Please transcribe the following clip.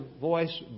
voice